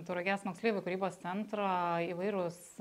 tauragės moksleivių kūrybos centro įvairūs